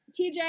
TJ